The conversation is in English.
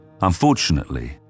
Unfortunately